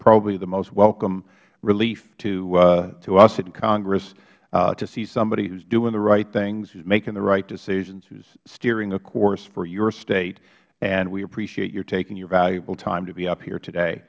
probably the most welcome relief to us in congress to see somebody who's doing the right things who's making the right decisions who's steering a course for your state and we appreciate you taking your valuable time to be up here today